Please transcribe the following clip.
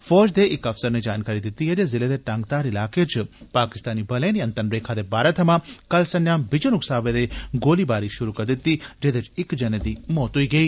फौज दे इक अफसर नै जानकारी दिती ऐ जे जिले दे टंगधार इलाके च पाकिस्तानी बलें नियंत्रण रेखा दे पारा थमां कल संत्रा बिजन उकसावे दे गोलीबारी शुरु करी दिती जेदे च इक जने दी मौत होई गेई